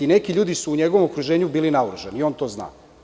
Neki ljudi su u njegovom okruženju bili naoružani i on to zna.